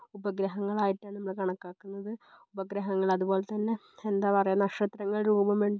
ഉപഗ്രഹങ്ങളായിട്ടാണ് നമ്മൾ കണക്കാക്കുന്നത് ഉപഗ്രഹങ്ങൾ അതുപോലെത്തന്നെ എന്താ പറയുക നക്ഷത്രങ്ങൾ രൂപം